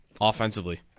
Offensively